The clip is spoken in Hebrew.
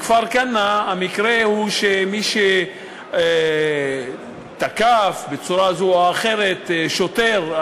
בכפר-כנא המקרה הוא שמי שתקף בצורה זו או אחרת שוטר,